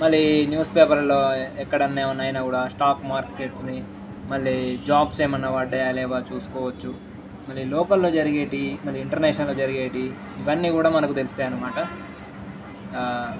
మళ్ళీ న్యూస్ పేపర్లో ఎక్కడన్నా ఏమైనా కూడా స్టాక్ మార్కెట్స్ని మళ్ళీ జాబ్స్ ఏమైనా పడ్డాయా లేవా వాళ్ళు చూసుకోవచ్చు మళ్ళీ లోకల్లో జరిగేవి మళ్ళీ ఇంటర్నేషనల్లో జరిగేవి ఇవన్నీ కూడా మనకు తేలుస్తాయిన్నమాట